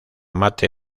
mate